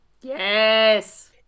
Yes